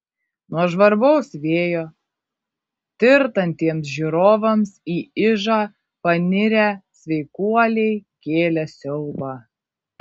nuo žvarbaus vėjo tirtantiems žiūrovams į ižą panirę sveikuoliai kėlė siaubą